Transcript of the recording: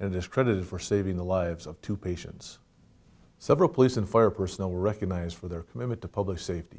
in this credit for saving the lives of two patients several police and fire personnel recognized for their commitment to public safety